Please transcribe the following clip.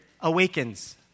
awakens